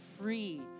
free